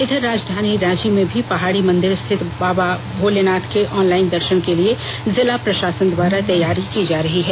इधर राजधानी रांची में भी पहाड़ी मंदिर स्थित भगवान भोलेनाथ के ऑनलाइन दर्शन के लिए जिला प्रशासन द्वारा तैयारी की जा रही है